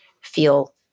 feel